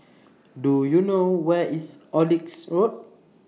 Do YOU know Where IS Oxley Road